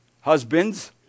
husbands